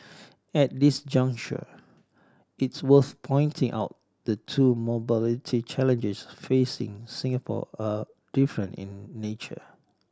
at this juncture it's worth pointing out the two mobility challenges facing Singapore are different in nature